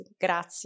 Grazie